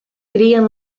crien